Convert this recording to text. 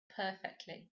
perfectly